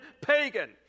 pagan